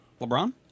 LeBron